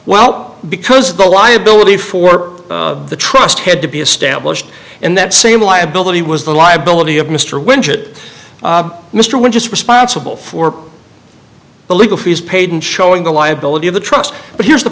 well because the liability for the trust had to be established and that same liability was the liability of mr winge it mr wynn just responsible for the legal fees paid and showing the liability of the trust but here's the